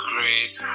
Grace